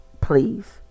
please